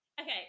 Okay